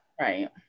Right